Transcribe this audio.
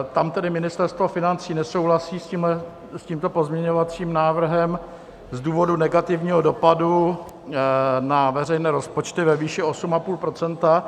Tam Ministerstvo financí nesouhlasí s tímto pozměňovacím návrhem z důvodu negativního dopadu na veřejné rozpočty ve výši 8,5 %.